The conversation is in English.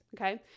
Okay